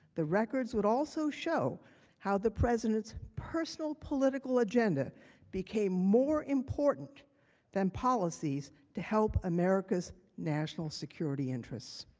the records would also show how the president's personal political agenda became more important than policies to help america's national security interest.